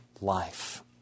life